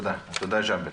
תודה, ג'אבר.